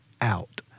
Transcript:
out